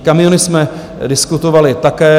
Kamiony jsme diskutovali také.